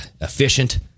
efficient